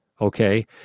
Okay